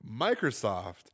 Microsoft